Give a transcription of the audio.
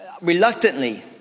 reluctantly